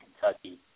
Kentucky